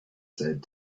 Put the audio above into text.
said